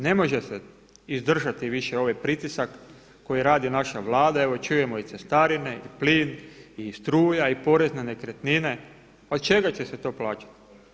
Ne može se izdržati više ovaj pritisak koji radi naša Vlada, evo čujemo i cestarine i plin i struja i porez na nekretnine, od čega će se to plaćati?